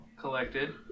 collected